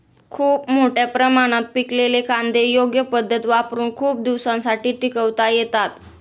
खूप मोठ्या प्रमाणात पिकलेले कांदे योग्य पद्धत वापरुन खूप दिवसांसाठी टिकवता येतात